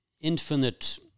infinite